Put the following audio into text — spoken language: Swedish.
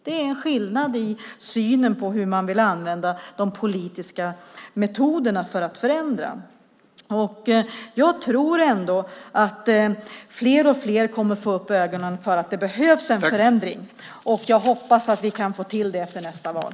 Det är skillnad i synen på hur man vill använda de politiska metoderna för att förändra. Jag tror att fler och fler kommer att få upp ögonen för att det behövs en förändring. Jag hoppas att vi kan få till det efter nästa val.